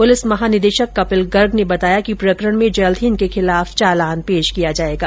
police महानिदेशक कपिल गर्ग ने बताया कि प्रकरण में जल्द ही इनके खिलाफ चालान पेश किया जायेगा